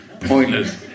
pointless